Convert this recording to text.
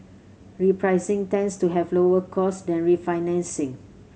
repricing tends to have lower costs than refinancing